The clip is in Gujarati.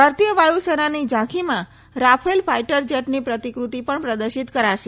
ભારતીય વાયુ સેનાની ઝાંખીમાં રાફેલ ફાઇટર જેટની પ્રતિકૃતિ પણ પ્રદર્શિત કરાશે